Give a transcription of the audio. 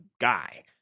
guy